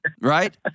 right